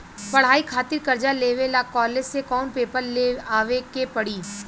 पढ़ाई खातिर कर्जा लेवे ला कॉलेज से कौन पेपर ले आवे के पड़ी?